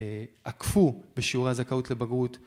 עקפו בשיעורי הזכאות לבגרות